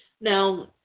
Now